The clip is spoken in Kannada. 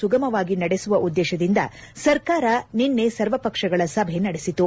ಸುಗಮವಾಗಿ ನಡೆಸುವ ಉದ್ದೇಶದಿಂದ ಸರ್ಕಾರ ನಿನ್ನೆ ಸರ್ವಪಕ್ಷಗಳ ಸಭೆ ನಡೆಸಿತು